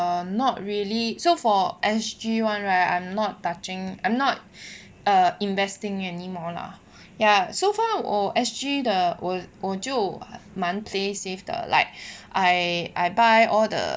not really so for S_G [one] right I'm not touching I'm not investing anymore lah ya so far oh S_G 的我就蛮 play safe the like I buy all the